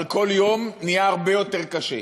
אבל כל יום נהיה הרבה יותר קשה,